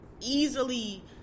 easily